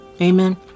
Amen